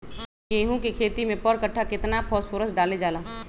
गेंहू के खेती में पर कट्ठा केतना फास्फोरस डाले जाला?